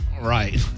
Right